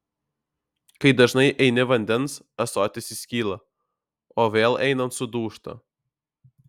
kai dažnai eini vandens ąsotis įskyla o vėl einant sudūžta